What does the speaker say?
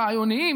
רעיוניים,